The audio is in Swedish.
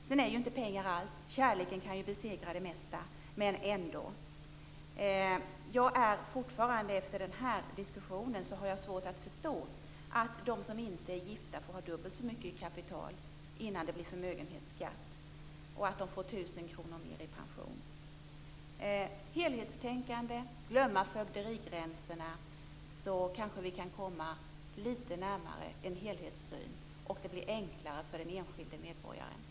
Sedan är ju inte pengarna allt. Kärleken kan besegra det mesta. Jag har fortfarande efter den här diskussionen svårt att förstå att de som inte är gifta får ha dubbelt så mycket kapital innan det blir förmögenhetsskatt och att de får 1 000 kr mer i pension. Genom helhetstänkande och genom att glömma fögderigränserna kanske vi kan komma lite närmare en helhetssyn och det blir enklare för den enskilde medborgaren. Tack!